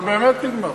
אבל באמת נגמר,